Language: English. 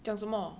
讲什么